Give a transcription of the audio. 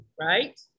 right